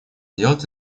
делать